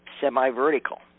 semi-vertical